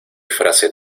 frase